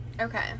Okay